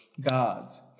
gods